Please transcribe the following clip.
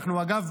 אגב,